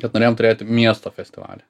kad norėjom turėti miesto festivalį